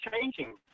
changing